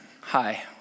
hi